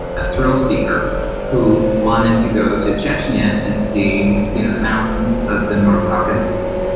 a thrill seeker who wanted to go to chechnya and see you know the mountains of the north caucasus.